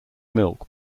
milk